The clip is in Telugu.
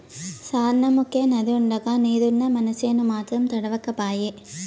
సార్నముకే నదినిండుగా నీరున్నా మనసేను మాత్రం తడవక పాయే